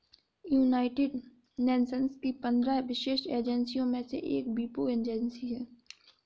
United Nations की पंद्रह विशेष एजेंसियों में से एक वीपो एजेंसी है